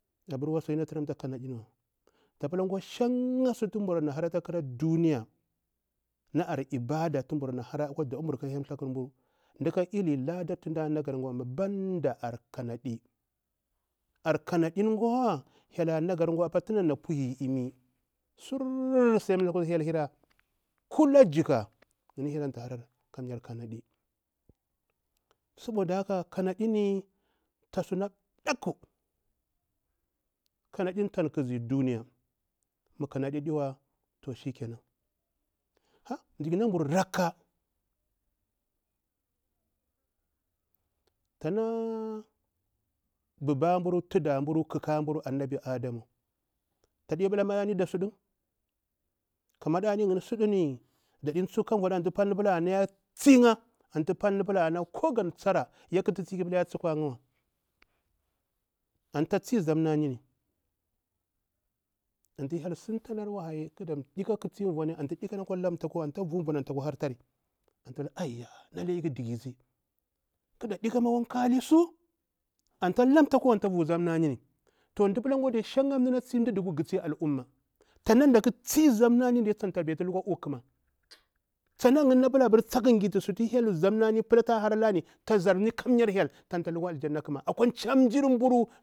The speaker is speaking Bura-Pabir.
Bu adi na turamta kanaɗi wa diya ta pila shansu tu mbuni ama hara afa khara duniya na ar ibada tu mbur na hara da ɓau mbur ka hyel thaku mburu mdaka ili lada amma banda ar kanaɗi, ar kanaɗin gwa hyel ta naga apa tu mda na puyi imi sururu sai mda natu hyel hira kula jika yinni hyel anta harari kanadi saboda haka kanaɗini ta suna ɗakku kanaɗini tan khazi duniya mah kanadi aɗiwa to shikenan, ha'a dzi naburu rakka, tana buba mburu, tuda mburu, khaka mburu anabi adam tadi yabula maɗani da suda, dadi tsuk ka vuɗa antu palni pula arna ya tsi ya antu palni pula arna kogan tsara ki pula ya tsa'wa, antu ta tsi zaman nami antu hyel sintalari wahayi antu hyel sintalari wahayi ghaza ɗika khavuni takwa lamta ku antu tavu vuni takwa hartari antu tsapita aiya lalle iki dikizi ghaza ɗikama akwa kalisu antu ta lamta ku antu ta vu zannani, toh mda pila sham mda tsi mda duku ta tsi al- umma tana yinda na tsi zamnanni tsanta betu lukwa u, tsana yinni pila tsa ghita sutu zamnani hallari ni kamyar hyel tsanta lukwa aljanna.